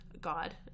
god